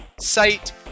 site